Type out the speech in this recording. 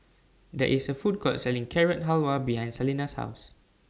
There IS A Food Court Selling Carrot Halwa behind Salena's House